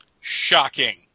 Shocking